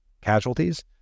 casualties